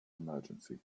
emergency